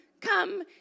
come